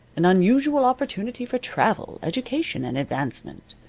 an unusual opportunity for travel, education and advancement.